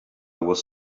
was